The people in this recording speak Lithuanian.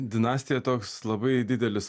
dinastija toks labai didelis